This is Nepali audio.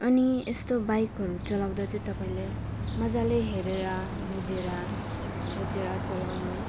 अनि यस्तो बाइकहरू चलाउँदा चाहिँ तपाईँले मजाले हेरेर बुझेर सोचेर चलाउनु